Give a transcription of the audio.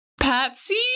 Patsy